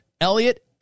Elliot